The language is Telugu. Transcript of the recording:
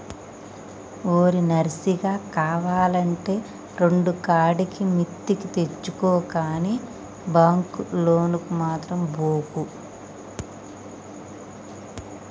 ఓరి నర్సిగా, కావాల్నంటే రెండుకాడికి మిత్తికి తెచ్చుకో గని బాంకు లోనుకు మాత్రం బోకు